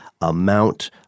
amount